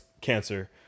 cancer